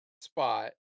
spot